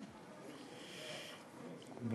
תודה